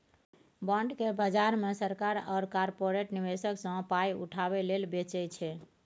bond केँ बजार मे सरकार आ कारपोरेट निबेशक सँ पाइ उठाबै लेल बेचै छै